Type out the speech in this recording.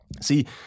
See